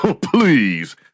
please